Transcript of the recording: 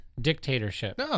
dictatorship